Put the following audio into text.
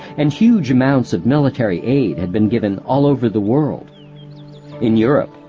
and huge amounts of military aid had been given all over the world in europe,